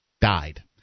died